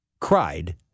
cried